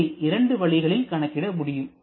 இதனை இரண்டு வழிகளில் கணக்கிட முடியும்